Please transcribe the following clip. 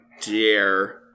dear